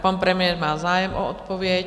Pan premiér má zájem o odpověď.